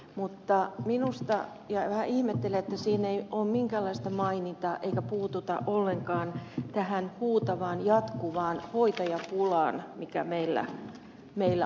mutta vähän ihmettelen että siinä ei ole minkäänlaista mainintaa eikä puututa ollenkaan tähän huutavaan jatkuvaan hoitajapulaan mikä meillä on